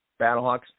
Battlehawks